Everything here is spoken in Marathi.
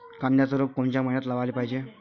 कांद्याचं रोप कोनच्या मइन्यात लावाले पायजे?